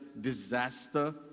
disaster